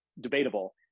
debatable